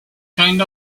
kind